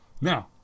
Now